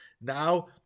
Now